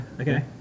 Okay